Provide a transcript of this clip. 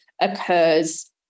occurs